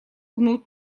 гнут